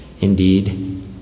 Indeed